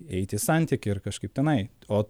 eiti į santykį ir kažkaip tenai o